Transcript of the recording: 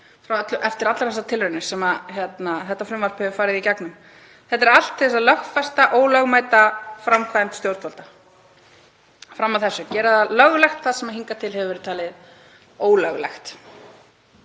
eftir allar þessar tilraunir sem það hefur farið í gegnum. Þetta er allt til þess að lögfesta ólögmæta framkvæmd stjórnvalda fram að þessu, gera það löglegt sem hingað til hefur verið talið ólöglegt,